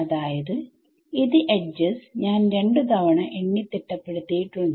അതായത് എഡ്ജസ് ഞാൻ രണ്ടു തവണ എണ്ണിത്തിട്ടപ്പെടുത്തി യിട്ടുണ്ട്